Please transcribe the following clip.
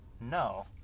No